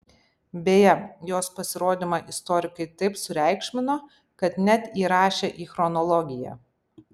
beje jos pasirodymą istorikai taip sureikšmino kad net įrašė į chronologiją